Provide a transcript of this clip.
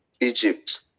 Egypt